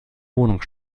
wohnung